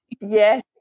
yes